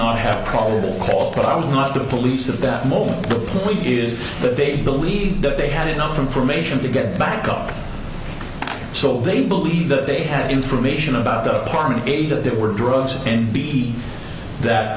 not have probable cause but i'm not the police at that moment the point is that they believe that they had enough information to get back cop so they believe that they had information about the apartment eight that there were drugs and b that